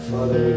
Father